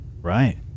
Right